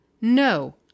No